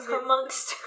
amongst